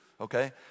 okay